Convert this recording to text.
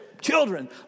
Children